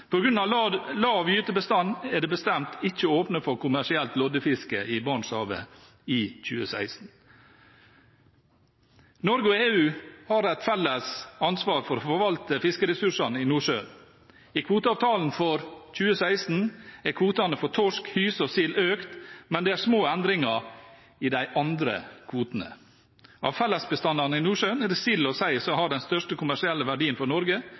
lav gytebestand er det bestemt ikke å åpne for kommersielt loddefiske i Barentshavet i 2016. Norge og EU har et felles ansvar for å forvalte fiskeressursene i Nordsjøen. I kvoteavtalen for 2016 er kvotene for torsk, hyse og sild økt, mens det er små endringer i de andre kvotene. Av fellesbestandene i Nordsjøen er det sild og sei som har den største kommersielle verdien for Norge.